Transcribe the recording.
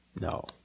No